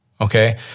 Okay